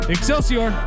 Excelsior